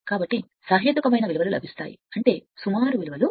కాబట్టి సహేతుకమైన విలువలు లభిస్తాయి అంటే సుమారు విలువలు